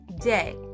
day